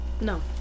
No